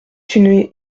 une